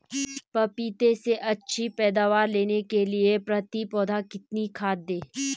पपीते से अच्छी पैदावार लेने के लिए प्रति पौधा कितनी खाद दें?